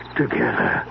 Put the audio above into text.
together